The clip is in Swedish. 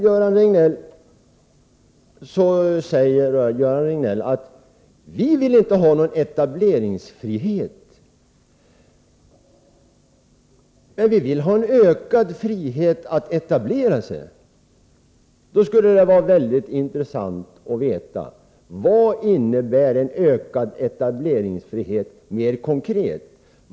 Göran Riegnell säger: Vi vill inte ha någon etableringsfrihet, men vi vill ha en ökad frihet att etablera sig. Det skulle vara mycket intressant att veta vad ökad etableringsfrihet mera konkret innebär.